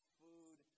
food